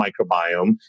microbiome